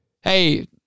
hey